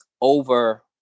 over